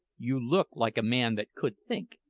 you look like a man that could think,